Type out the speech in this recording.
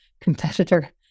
competitor